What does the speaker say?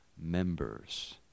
members